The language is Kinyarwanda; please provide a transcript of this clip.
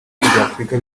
by’afurika